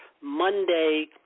Monday